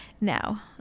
Now